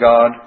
God